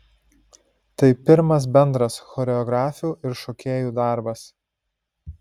tai pirmas bendras choreografių ir šokėjų darbas